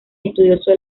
estudioso